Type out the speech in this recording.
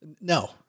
No